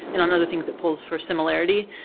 and on other things it pulls for similarity.